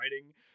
writing